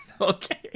Okay